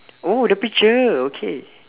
oh the picture okay